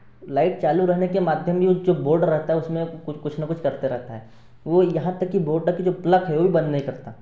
light चालू रहने के माध्यम में जो बोर्ड रहता है उसमें कुछ न कुछ करते रहता हैं वह यहाँ तक कि बोर्ड ताकि जो प्लक है वह भी बंद नहीं करता